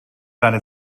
deine